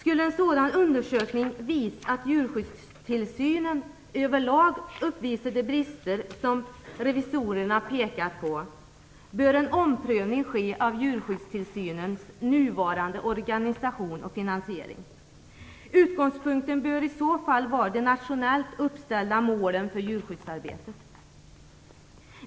Om en sådan undersökning skulle visa att djurskyddstillsynen över lag uppvisar de brister som revisorerna pekar på bör en omprövning ske av djurskyddstillsynens nuvarande organisation och finansiering. Utgångspunkten bör i så fall vara de nationellt uppställda målen för djurskyddsarbetet.